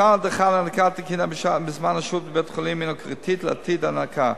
מתן הדרכה להנקה תקינה בזמן השהות בבית-החולים הוא קריטי לעתיד ההנקה.